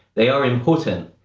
they are important.